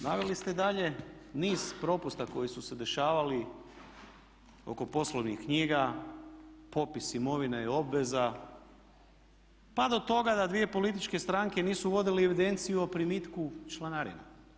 Naveli ste dalje niz propusta koji su se dešavali oko poslovnih knjiga, popis imovine i obveza pa do toga da dvije političke stranke nisu vodile evidenciju o primitku članarina.